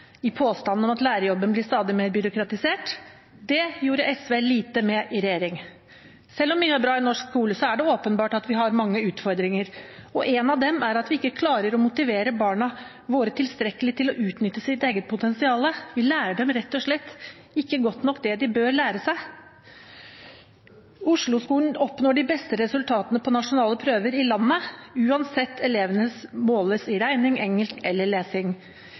i påstanden om at lærerjobben blir stadig mer byråkratisert. Det gjorde SV lite med i regjering. Selv om mye er bra i norsk skole, er det åpenbart at vi har mange utfordringer, og en av dem er at vi ikke klarer å motivere barna våre tilstrekkelig til å utnytte sitt eget potensial. Vi lærer dem rett og slett ikke godt nok det de bør lære seg. Oslo-skolen oppnår de beste resultatene på nasjonale prøver i landet, uansett om elevene måles i regning, engelsk eller lesing.